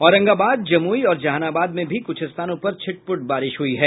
औरंगाबाद जमुई और जहानाबाद में भी कुछ स्थानों पर छिटपुट बारिश हुई है